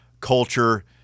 culture